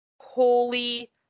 Holy